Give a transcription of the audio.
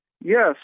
Yes